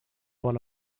one